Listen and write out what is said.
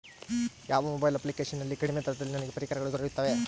ಯಾವ mobile application ನಲ್ಲಿ ಕಡಿಮೆ ದರದಲ್ಲಿ ನನಗೆ ಪರಿಕರಗಳು ದೊರೆಯುತ್ತವೆ?